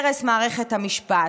הרס מערכת המשפט.